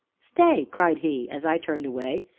stay! cried he as i turned away,